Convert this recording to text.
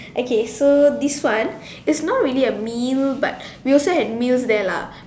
okay so this one is not really a meal but we also had meal there lah